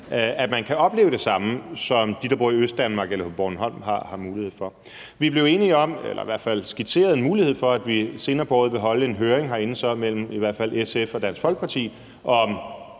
kan opleve det samme, som de, der bor i Østdanmark eller på Bornholm, har mulighed for. Vi blev enige om eller skitserede i hvert fald en mulighed for, at vi senere på året vil afholde en høring herinde mellem i hvert fald SF og Dansk Folkeparti om,